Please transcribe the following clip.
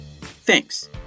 Thanks